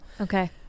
okay